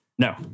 No